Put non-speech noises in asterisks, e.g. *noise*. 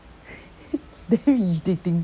*laughs* damn irritating